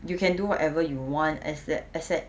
you can do whatever you want exce~ except